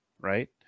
right